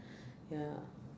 ya